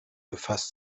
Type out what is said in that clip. befasst